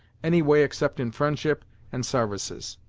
any way except in friendship and sarvices.